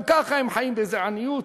גם ככה הם חיים באיזה עניות,